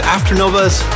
Afternova's